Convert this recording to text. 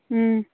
हूं